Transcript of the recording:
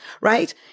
right